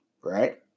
Right